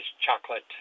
chocolate